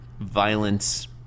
Violence